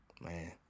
Man